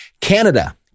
Canada